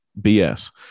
BS